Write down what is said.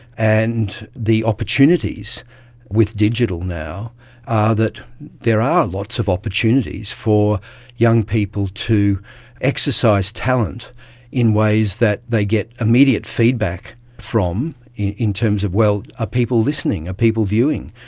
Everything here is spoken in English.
and the opportunities with digital now are that there are lots of opportunities for young people to exercise talent in ways that they get immediate feedback from in in terms of, well, are ah people listening, are people viewing?